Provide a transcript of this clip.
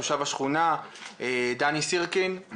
תושב השכונה דני סירקין שהוא